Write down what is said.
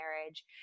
marriage